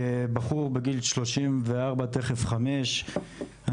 כבחור בגיל 34 תיכף 5,